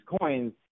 coins